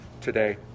today